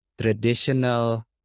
traditional